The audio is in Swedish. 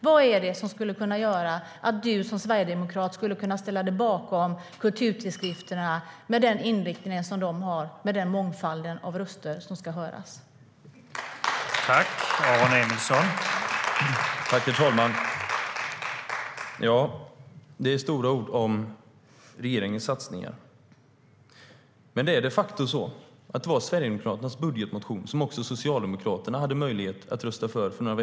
Vad är det som skulle göra att du som sverigedemokrat skulle kunna ställa dig bakom kulturtidskrifterna med den inriktning som de har och med den mångfald av röster som ska höras?